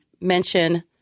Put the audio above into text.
mention